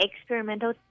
experimental